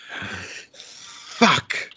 Fuck